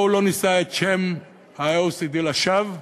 בואו לא נישא את שם ה-OECD לשווא,